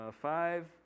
Five